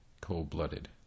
Cold-blooded